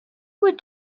would